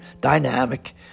dynamic